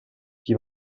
chi